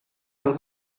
del